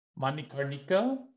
Manikarnika